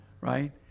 Right